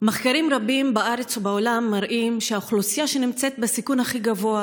מחקרים רבים בארץ ובעולם מראים שהאוכלוסייה שנמצאת בסיכון הכי גבוה